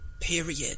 Period